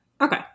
Okay